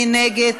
מי בעד?